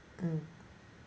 mm